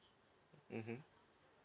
mmhmm